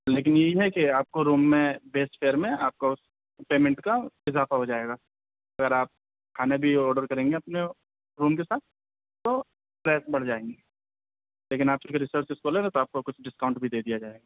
لیکن یہ ہے کہ آپ کو روم میں بیسٹ فیئر میں آپ کا اس پیمنٹ کا اضافہ ہو جائے گا اگر آپ کھانے بھی آڈر کریں گے اپنے روم کے ساتھ تو پرائز بڑھ جائیں گے لیکن آپ کی ریسرچ اسکالر ہیں تو آپ کو کچھ ڈسکاونٹ بھی دے دیا جائے گا